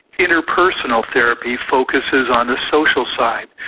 interpersonal therapy focuses on the social side,